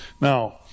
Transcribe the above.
Now